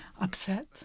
upset